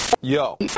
Yo